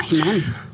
Amen